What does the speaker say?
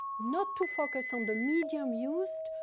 not to focus on the medium used,